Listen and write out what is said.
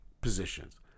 positions